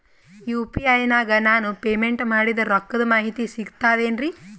UPI ನಾಗ ನಾನು payment ಮಾಡಿದ ರೊಕ್ಕದ ಮಾಹಿತಿ ಸಿಕ್ತಾತೇನ್ರೀ?